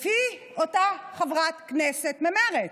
לפי אותה חברת כנסת ממרצ,